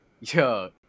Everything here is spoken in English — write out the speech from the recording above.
Yo